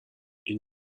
این